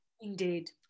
Indeed